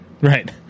Right